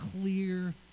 clear